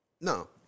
no